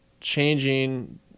changing